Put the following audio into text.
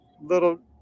little